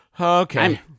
Okay